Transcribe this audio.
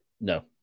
No